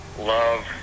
love